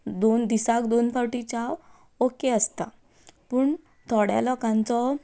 दोन दिसाक दोन फावटी च्या ओके आसता पूण थोड्या लोकांचो